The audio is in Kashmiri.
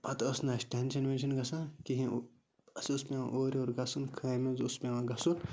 پَتہٕ ٲس نہٕ اَسہِ ٹٮ۪نشَن وٮ۪نشَن گژھان کِہیٖنۍ اَسہِ اوس پٮ۪وان اورٕ یورٕ گژھُن کامہِ حظ اوس پٮ۪وان گژھُن